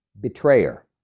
betrayer